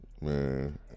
man